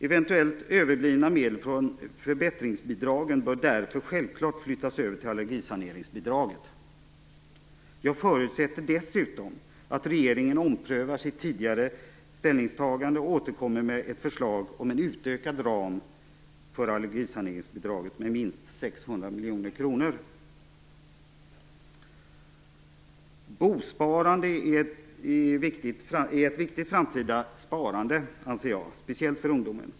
Eventuellt överblivna medel från förbättringsbidragen bör därför självklart flyttas över till allergisaneringsbidraget. Jag förutsätter dessutom att regeringen omprövar sitt tidigare ställningstagande och återkommer med ett förslag om en utökad ram för allergisaneringsbidraget med minst 600 miljoner kronor. 6. Bosparande är ett viktigt framtida sparande, anser jag, speciellt för ungdomen.